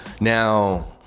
Now